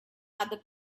other